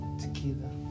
tequila